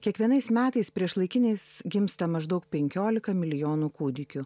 kiekvienais metais priešlaikiniais gimsta maždaug penkiolika milijonų kūdikių